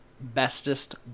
bestest